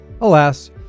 Alas